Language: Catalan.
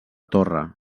torre